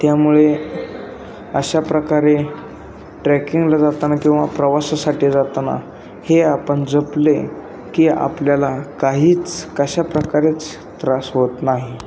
त्यामुळे अशा प्रकारे ट्रॅकिंगला जाताना किंवा प्रवासासाठी जाताना हे आपण जपले की आपल्याला काहीच कशा प्रकारेच त्रास होत नाही